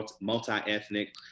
multi-ethnic